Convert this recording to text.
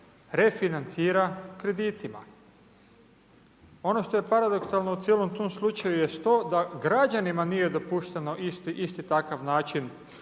refinancira kreditima. Ono što je paradoksalno u cijelom tom slučaju jest to da građanima nije dopušteno isti takav način